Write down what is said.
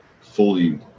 fully